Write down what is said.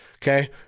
Okay